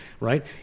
right